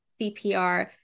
CPR